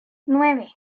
nueve